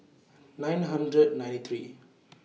nine hundred ninety three